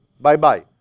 bye-bye